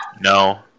No